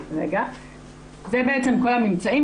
זה בעצם כל הממצאים,